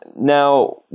Now